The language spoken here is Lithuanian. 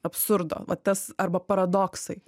absurdo vat tas arba paradoksai